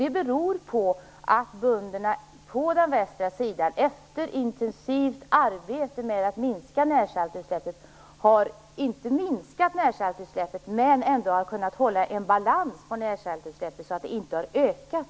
Det beror på att bönderna på den västra sidan efter intensivt arbete för att minska närsaltsutsläppen visserligen inte har minskat dessa utsläpp i Västerhavet men ändå har kunnat bibehålla en balans, så att de där inte har ökat.